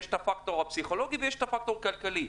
יש את הפקטור הפסיכולוגי ויש את הפקטור הכלכלי.